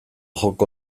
joko